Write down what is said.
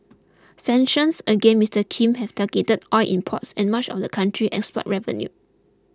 sanctions against Mister Kim have targeted oil imports and much of the country's export revenue